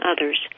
others